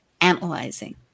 analyzing